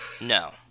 No